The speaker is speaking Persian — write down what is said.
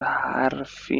حرفی